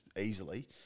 easily